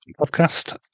podcast